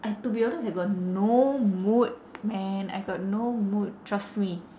I to be honest I got no mood man I got no mood trust me